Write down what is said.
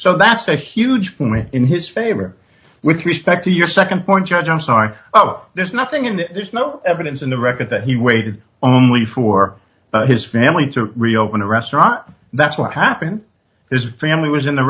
so that's a huge for me in his favor with respect to your nd point judge i'm sorry oh there's nothing in that there's no evidence in the record that he waited only for his family to reopen a restaurant that's what happened this family was in the